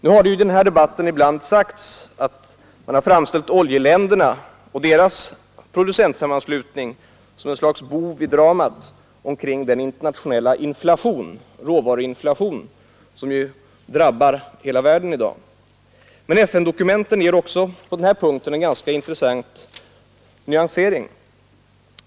I debatten har ibland oljeländernas producentsammanslutning framställts som ett slags bov i dramat omkring den internationella råvaruinflation som drabbar hela världen i dag. FN-dokumenten ger också på den här punkten en intressant nyansering.